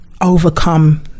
overcome